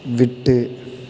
விட்டு